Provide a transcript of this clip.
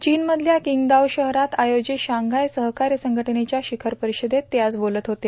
चीनमधल्या किंगदाओ शहरात आयोजित शांघाय सहकार्य संघटनेच्या शिखर परिषदेत ते आज बोलत होते